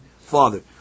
father